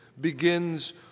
begins